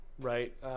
Right